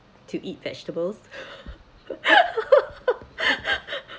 to eat vegetables